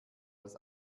als